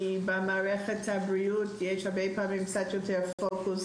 כי במערכת הבריאות יש הרבה פעמים קצת יותר פוקוס